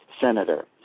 Senator